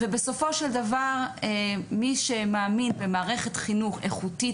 ובסופו של דבר מי שמאמין במערכת חינוך איכותית